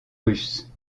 russe